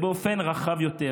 באופן רחב יותר,